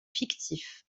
fictif